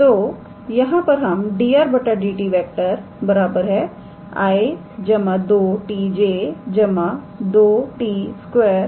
तो यहां पर हम 𝑑𝑟⃗ 𝑑𝑡 𝑖̂ 2𝑡𝑗̂ 2𝑡 2𝑘̂ लिख सकते है